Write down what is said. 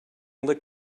lick